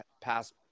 passed